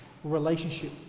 relationship